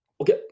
Okay